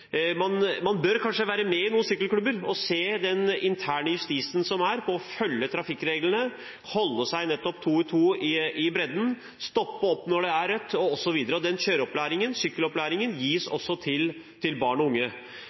Man bør kanskje være med i en sykkelklubb og se den interne justisen som er på å følge trafikkreglene, holde seg to og to i bredden, stoppe opp når det er rødt lys, osv. Den sykkelopplæringen gis også til barn og unge.